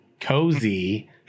cozy